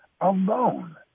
alone